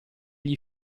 gli